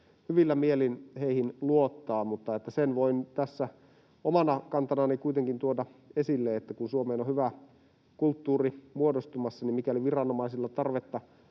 hyvillä mielin heihin luottaa. Mutta sen voin tässä omana kantanani kuitenkin tuoda esille, että kun Suomeen on hyvä kulttuuri muodostumassa, niin mikäli viranomaisilla on tarvetta